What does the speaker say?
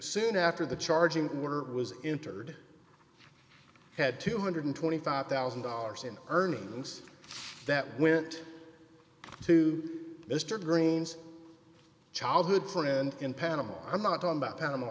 soon after the charging order was interviewed had two hundred and twenty five thousand dollars in earnings that went to mr green's childhood friend in panama i'm not talking about panama